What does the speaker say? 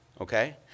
okay